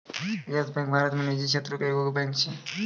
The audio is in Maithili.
यस बैंक भारत मे निजी क्षेत्रो के एगो बैंक छै